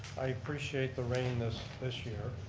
i appreciate the rain this this year,